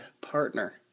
partner